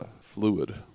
fluid